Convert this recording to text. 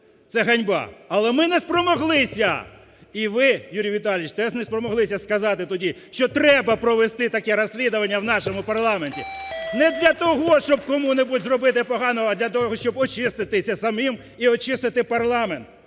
Це ганьба! Але ми не спромоглися і ви, Юрій Віталійович, теж не спромоглися сказати тоді, що треба провести таке розслідування у нашому парламенті. Не для того, щоб комусь зробити поганого, а для того, щоб очиститися самим і очистити парламент.